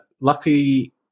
Lucky